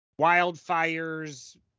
wildfires